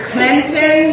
Clinton